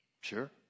Sure